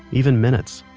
even minutes,